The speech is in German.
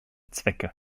zwecke